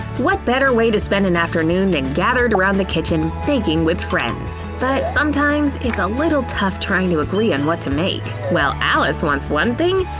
what better way to spend an afternoon than gathered around the kitchen, baking with friends? but sometimes it's a little tough trying to agree on what to make. while alice wants one thing,